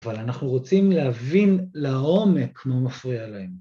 אבל אנחנו רוצים להבין לעומק מה מפריע להם.